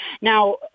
Now